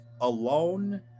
alone